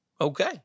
Okay